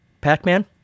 Pac-Man